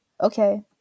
Okay